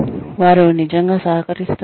వారు నిజంగా సహకరిస్తున్నారా